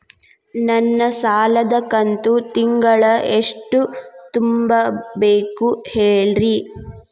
ನನ್ನ ಸಾಲದ ಕಂತು ತಿಂಗಳ ಎಷ್ಟ ತುಂಬಬೇಕು ಹೇಳ್ರಿ?